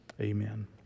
Amen